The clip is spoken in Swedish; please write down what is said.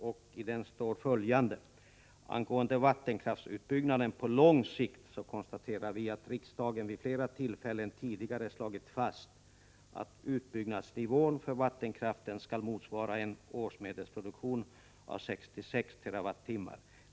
Där konstaterar vi angående vattenkraftsutbyggnaden på lång sikt att ”riksdagen vid flera tillfällen tidigare ——— slagit fast att utbyggnadsnivån för vattenkraften skall motsvara en årsmedelproduktion om 66 TWh.